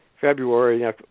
February